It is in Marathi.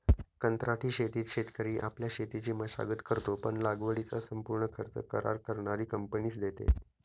कंत्राटी शेतीत शेतकरी आपल्या शेतीची मशागत करतो, पण लागवडीचा संपूर्ण खर्च करार करणारी कंपनीच देते